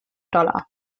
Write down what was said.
dollar